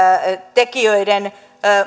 tekijöiden